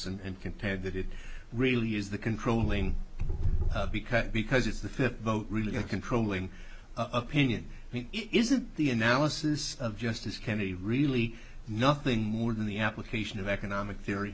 and contend that it really is the controlling because because it's the fifth vote really a controlling opinion isn't the analysis of justice kennedy really nothing more than the application of economic theory